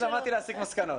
למדתי להסיק מסקנות.